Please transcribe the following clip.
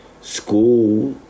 School